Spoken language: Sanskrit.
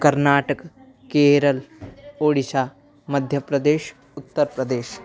कर्नाटक केरलम् ओडिशा मध्यप्रदेशः उत्तर्प्रदेशः